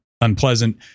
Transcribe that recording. unpleasant